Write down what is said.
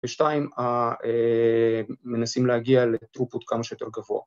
ושתיים, מנסים להגיע לטרופות כמה שיותר גבוה